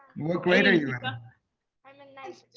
what grade are you? and i'm in ninth